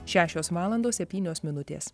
šešios valandos septynios minutės